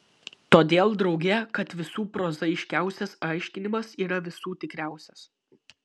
todėl drauge kad visų prozaiškiausias aiškinimas yra visų tikriausias